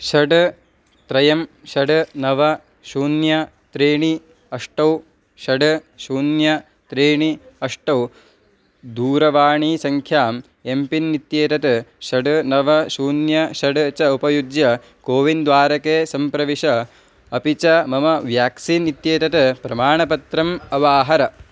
षड् त्रयं षड् नव शून्यं त्रीणि अष्टौ षड् शून्यं त्रीणि अष्टौ दूरवाणीसङ्ख्याम् एम्पिन् इत्येतत् षड् नव शून्यं षड् च उपयुज्य कोविन् द्वारके सम्प्रविश अपि च मम व्याक्सीन् इत्येतत् प्रमाणपत्रम् अवाहर